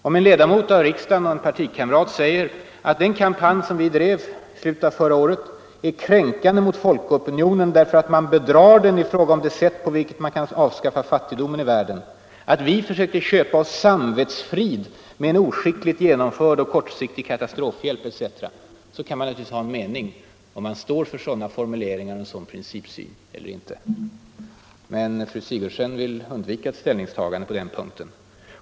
Om en ledamot av riksdagen säger att den kampanj som vi drev i slutet av förra året är ”kränkande just emot folkopinionen därför att man bedrar den i fråga om det sätt på vilket det skulle gå att avskaffa fattigdomen i världen”, om hon säger att man vill ” köpa sig samvetsfrid med en oskickligt genomförd och kortsiktig katastrofhjälp”, kan man naturligtvis ha en mening. Står man för sådana formuleringar och en sådan principsyn eller inte? Men fru Sigurdsen vill undvika ett ställningstagande på den här punkten.